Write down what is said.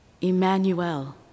Emmanuel